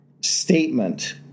statement